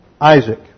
Isaac